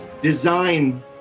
design